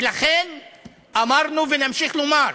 ולכן אמרנו, ונמשיך לומר,